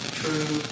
true